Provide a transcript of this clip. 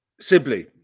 Sibley